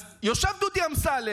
אז יושב דודי אמסלם,